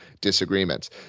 disagreements